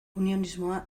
unionismoa